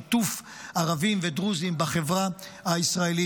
שיתוף ערבים ודרוזים בחברה הישראלית